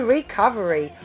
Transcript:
Recovery